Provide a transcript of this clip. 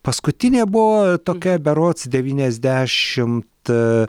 paskutinė buvo tokia berods devyniasdešimt